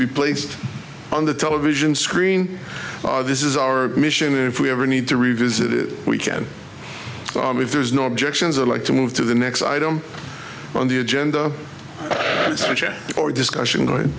be placed on the television screen this is our mission and if we ever need to revisit it we can if there is no objections i'd like to move to the next item on the agenda or discussion going